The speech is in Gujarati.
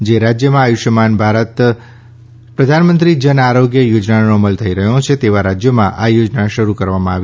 જે રાજ્યમાં આયુષ્યમાન ભારત પ્રધાનમંત્રી જન આરોગ્ય યોજનાનો અમલ થઈ રહ્યો છે તેવા રાજ્યોમાં આ યોજના શરૂ કરવામાં આવી છે